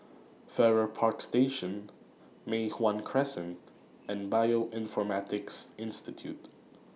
Farrer Park Station Mei Hwan Crescent and Bioinformatics Institute